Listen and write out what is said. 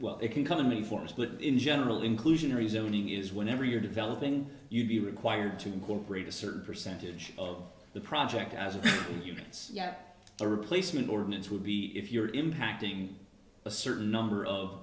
well it can come in many forms but in general inclusionary zoning is whenever you're developing you'd be required to incorporate a certain percentage of the project as a humans yet the replacement ordinance would be if you're impacting a certain number of